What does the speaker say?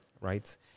right